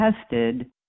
tested